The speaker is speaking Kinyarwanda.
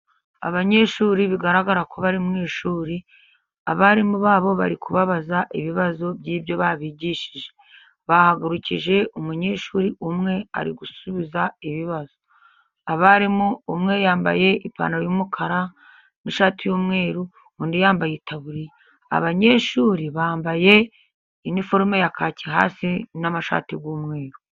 Abanyeshuri bigaragara ko bari mushuri, abarimu babo bari kubabaza ibibazo by'ibyo babigishije, bahagurukije umunyeshuri umwe ari gusubiza ibibazo, abarimu umwe yambaye ipantaro y'umukara n'ishati y'umweru undi yambaye itaburiya, abanyeshuri bambaye iniforome ya kaki hasi n'amashati y'umweru.